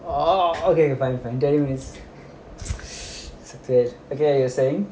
orh okay okay fine fine don't miss okay you were saying